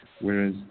whereas